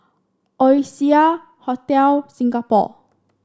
Oasia Hotel Singapore